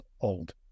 old